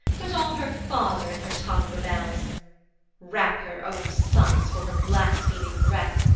but all her father in her tongue rebels wrap her own sons for her blaspheming breath,